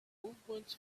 movements